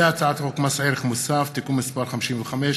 הצעת חוק מס ערך מוסף (תיקון מס' 55),